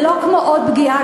זה לא כמו עוד פגיעה.